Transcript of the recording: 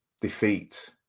defeat